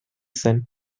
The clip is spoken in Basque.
zen